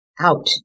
Out